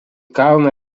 kalną